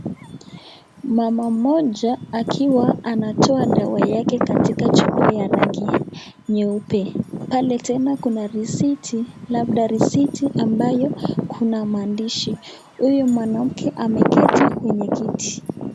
Mama mmoja akiwa anatoa dawa yake katika chupa ya rangi nyeupe. Pale tena kuna risiti, labda risiti ambayo kuna maandishi. Huyu mwanamke ameketi kwenye kiti.